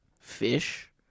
fish